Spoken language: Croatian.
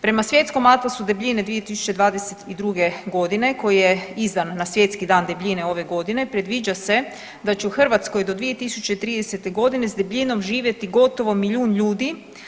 Prema Svjetskom atlasu debljine 2022. godine koji je izdan na Svjetski dan debljine ove godine predviđa se da će u Hrvatskoj do 2030. godine s debljinom živjeti gotovo milijun ljudi.